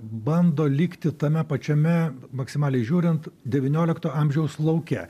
bando likti tame pačiame maksimaliai žiūrint devyniolikto amžiaus lauke